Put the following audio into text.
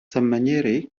sammaniere